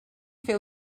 fer